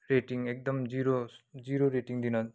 rating एकदम zero zero rating दिन